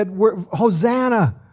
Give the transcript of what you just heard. Hosanna